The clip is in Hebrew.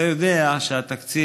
אתה יודע שהתקציב,